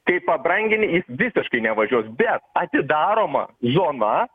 tai pabrangini jis visiškai nevažiuos bet atidaroma zona